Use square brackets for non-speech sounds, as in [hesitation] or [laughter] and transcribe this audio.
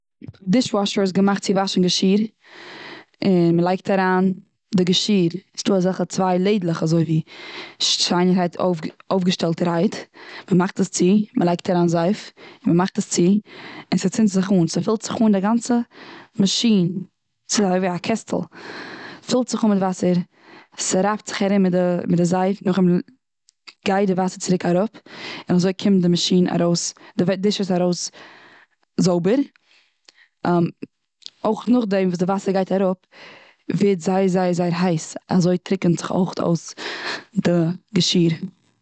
דיש וואשער איז געמאכט צו וואשן געשיר. און מ'לייגט אריין די געשיר ס'איז דא אזעלכע צוויי לעדלעך אזויווי שיינערהייט אויף- אויפגעשטעלטערהייט מ'מאכט עס צו מ'לייגט אריין זייף און מ'מאכט עס צו, און ס'צינדט זיך אן. ס'פילט זיך אן די גאנצע מאשין, ס'איז אזויווי א קעסטל, פילט זיך אן מיט וואסער ס'רייבט זיך ארום מיט די די זייף נאכדעם גייט די וואסער צוריק אראפ און אזוי קומט די מאשין ארויס, די דישעס ארויס זויבער. [hesitation] אויך נאכדעם וואס די וואסער גייט אראפ ווערט זייער, זייער, זייער, הייס אזוי טריקענט זיך אויכעט אויס די געשיר.